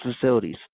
facilities